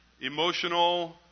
emotional